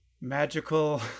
magical